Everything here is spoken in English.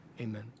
amen